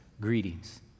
greetings